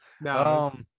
No